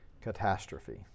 catastrophe